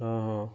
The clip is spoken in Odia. ହଁ ହଁ